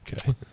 Okay